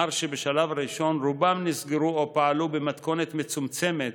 לאחר שבשלב הראשון רובם נסגרו או פעלו במתכונת מצומצמת.